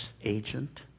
agent